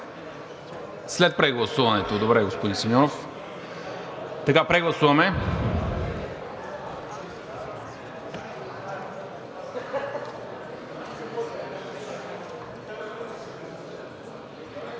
След прегласуването. Добре, господин Симеонов. Прегласуваме.